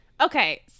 Okay